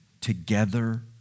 together